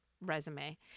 resume